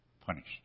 punished